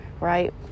right